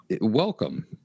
welcome